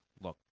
look